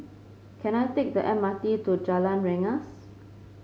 can I take the M R T to Jalan Rengas